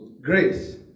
Grace